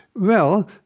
well,